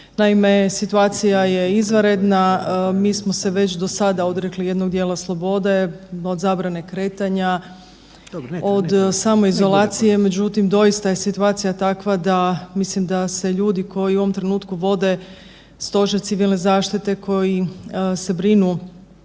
Naime, situacija je izvanredna, mi smo se već do sada odrekli jednog dijela slobode, od zabrane kretanje, od samoizolacije. Međutim, doista je situacija takva da, mislim da se ljudi koji u ovom trenutku vode Stožer civilne zaštite koji se brinu